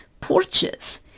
porches